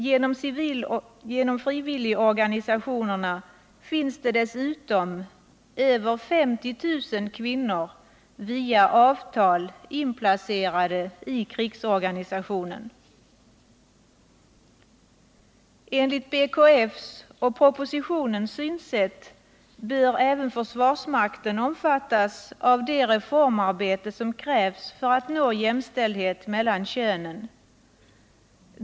Genom frivilligorganisationerna finns det dessutom över 50 000 kvinnor som via avtal är inplacerade i krigsorganisationen. Enligt BKF:s och propositionens synsätt bör även försvarsmakten omfattas av det reformarbete som krävs för att nå jämställdhet mellan könen.